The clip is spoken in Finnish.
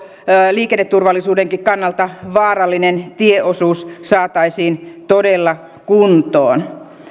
liikenneturvallisuudenkin kannalta vaarallinen tieosuus saataisiin todella kuntoon